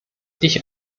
ich